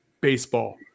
Baseball